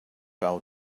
out